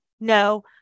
no